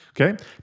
Okay